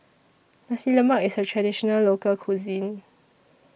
Nasi Lemak IS A Traditional Local Cuisine